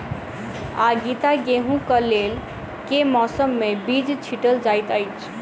आगिता गेंहूँ कऽ लेल केँ मौसम मे बीज छिटल जाइत अछि?